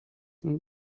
une